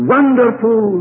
wonderful